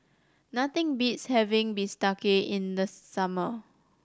nothing beats having bistake in the summer